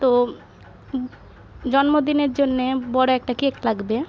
তো জন্মদিনের জন্যে বড়ো একটা কেক লাগবে